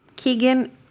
Keegan